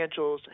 financials